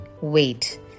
Wait